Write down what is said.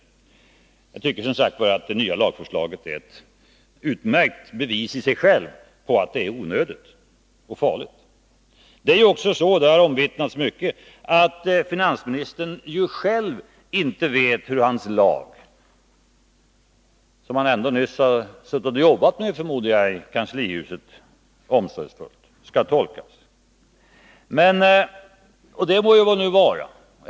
Jag tycker som sagt att det nya lagförslaget i sig självt är ett utmärkt bevis på att det är onödigt och farligt. Det är också på det sättet, som ofta omvittnats, att finansministern ju själv inte vet hur hans lag — som han ändå nyss har suttit i kanslihuset och jobbat omsorgsfullt med, förmodar jag — skall tolkas. Och det må nu vara.